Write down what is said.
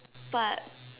but